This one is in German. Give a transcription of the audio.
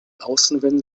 außenwände